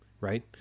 right